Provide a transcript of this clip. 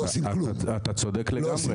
אתה צודק לגמרי.